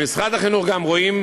במשרד החינוך רואים